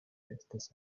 estas